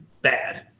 bad